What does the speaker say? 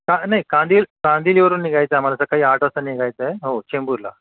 का नाही कांदिवली कांदिवलीवरून निघायचं आहे आम्हाला सकाळी आठ वाजता निघायचं आहे हो चेंबूरला